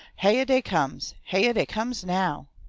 hyah dey comes! hyah dey comes now!